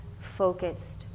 focused